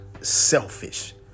selfish